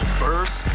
first